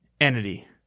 Entity